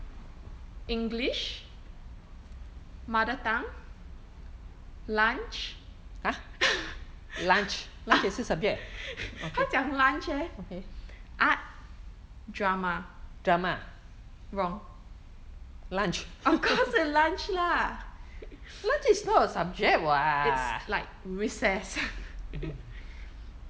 english mother tongue lunch 它讲 lunch eh art drama wrong of course is lunch lah it's like recess